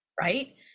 right